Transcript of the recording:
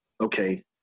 okay